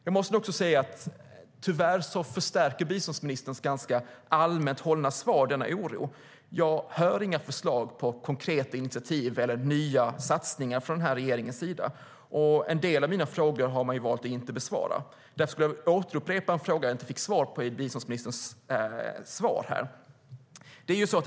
Jag måste nog också säga att biståndsministerns ganska allmänt hållna svar tyvärr förstärker denna oro. Jag hör inga förslag på konkreta initiativ eller nya satsningar från den här regeringens sida, och en del av mina frågor har man valt att inte besvara. Därför skulle jag vilja upprepa en fråga som jag inte fick svar på av biståndsministern.